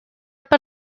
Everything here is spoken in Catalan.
per